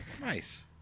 Nice